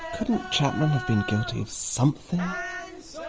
couldn't chapman have been guilty of something? um ah so